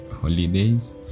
holidays